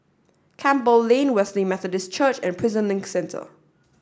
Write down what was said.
Campbell Lane Wesley Methodist Church and Prison Link Centre